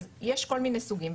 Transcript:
אז יש כל מיני סוגים,